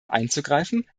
einzugreifen